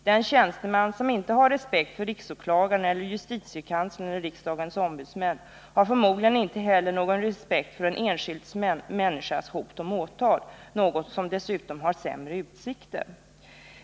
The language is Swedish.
Den tjänsteman som inte har respekt för riksåklagaren, justitiekanslern eller riksdagens ombudsmän har förmodligen inte heller någon respekt för en enskild människas hot om åtal — något som dessutom har sämre utsikter.